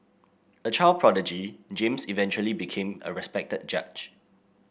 a child prodigy James eventually became a respected judge